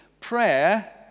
prayer